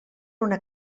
una